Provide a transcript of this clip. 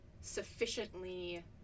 sufficiently